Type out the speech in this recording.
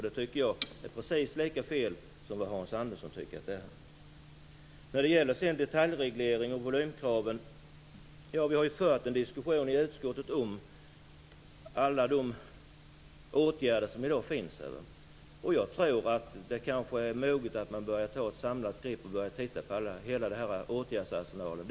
Jag tycker precis som Hans Andersson att detta är fel. När det gäller detaljreglering och volymkrav vill jag säga att vi i utskottet har fört en diskussion om alla de åtgärder som i dag förekommer. Tiden är kanske mogen för att ta ett samlat grepp över hela åtgärdsarsenalen.